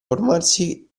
formarsi